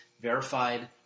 verified